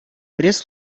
пресс